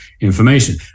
information